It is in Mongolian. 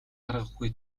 аргагүй